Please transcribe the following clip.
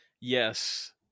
Yes